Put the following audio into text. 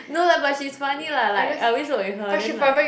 no lah but she's funny lah like I always work with her then like